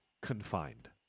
Confined